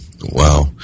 Wow